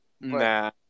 Nah